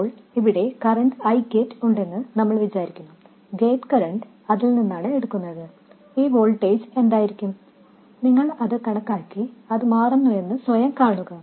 ഇപ്പോൾ ഇവിടെ current I ഉണ്ടെന്ന് നമ്മൾ വിചാരിക്കുന്നു ഗേറ്റ് കറന്റ് അതിൽ നിന്നാണ് എടുക്കുന്നത് ഈ വോൾട്ടേജ് എന്തായിരിക്കും നിങ്ങൾ അത് കണക്കാക്കി അത് മാറുന്നുവെന്ന് സ്വയം കാണുക